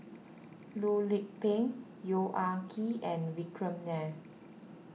Loh Lik Peng Yong Ah Kee and Vikram Nair